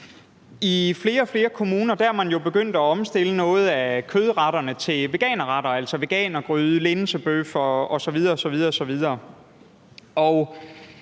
og flere kommuner er begyndt at omstille nogle af kødretterne til veganerretter, altså veganergryde, linsebøffer osv.